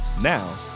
Now